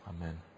Amen